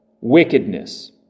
wickedness